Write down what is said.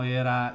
era